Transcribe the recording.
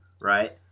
right